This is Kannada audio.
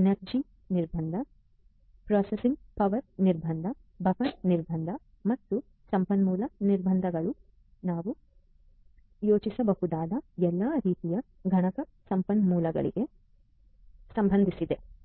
ಎನರ್ಜಿ ನಿರ್ಬಂಧ ಪ್ರೊಸೆಸಿಂಗ್ ಪವರ್ ನಿರ್ಬಂಧ ಬಫರ್ ನಿರ್ಬಂಧ ಮತ್ತು ಸಂಪನ್ಮೂಲ ನಿರ್ಬಂಧಗಳು ನಾವು ಯೋಚಿಸಬಹುದಾದ ಎಲ್ಲಾ ರೀತಿಯ ಗಣಕ ಸಂಪನ್ಮೂಲಗಳಿಗೆ ಸಂಬಂಧಿಸಿದವುಗಳಾಗಿವೆ